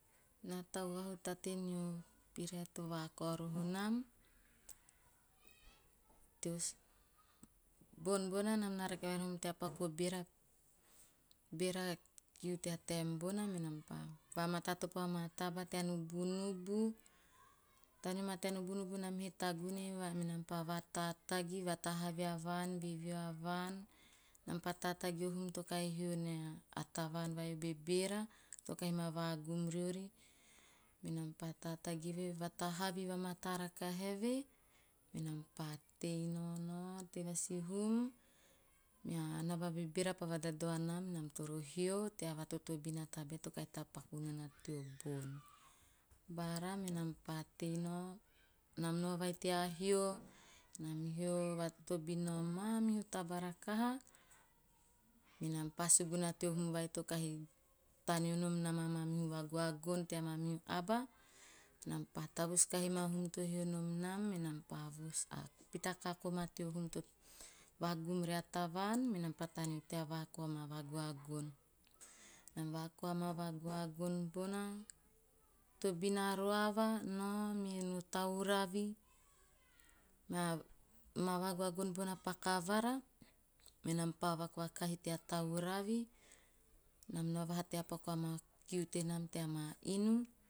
Naa tau vahutate nio pirae to vakao roho nam. Teo bon bona nam na rake vai nom tea paku a beera kiu nam na rake vai nom tea paku abeera kiu team bona, nam pa matatopo a maa taba tea nubunubu. Taneo maa tea nubunubu nam he tagune maa nam pa vatatagi, vatahavi a vaan, veveo a vaan nam pa tatagi a hum to kahi ma vagum riori menam pa tatagi eve, vatahavi va mataa rakaha eve menam pa tei nao tei vasi hum, mea naba bebeera pa vadadao anam, nam toro hio tea vatotobin a tabae to kahi tapaku nana teo bon. Bara me nam pa tei nao, nam nao vai tea hio, nam hio, vatotobin a mamihu taba rakaha menam pa suguna teo hum vai to kahi tanedi nam amamihu vagoagon tea mamihu aba, nam pa tavus kahi ma a hum ti hio nom nam, enam pa pita kako ma teo hum to vagum ria tavaan menam pa taneo tea vakao ama vagaogon. Nam vakaa amaa vagoagon bona tobina roava nao, me no tauravi mea maa vagoagon bona pa kavara, menam pa vakuoa kahi te tauravi, nam no vaha paku amaa kiu tenam tea maa inu.